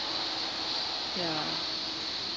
ya